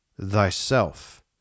thyself